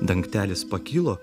dangtelis pakilo